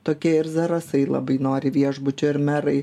tokie ir zarasai labai nori viešbučio ir merai